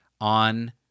on